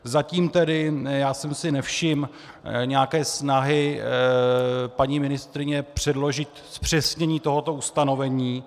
Zatím tedy jsem si nevšiml nějaké snahy paní ministryně předložit zpřesnění tohoto ustanovení.